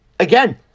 Again